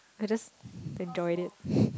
I just enjoyed it